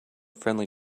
friendly